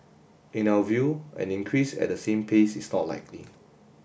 in our view an increase at the same pace is not likely